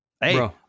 hey